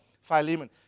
Philemon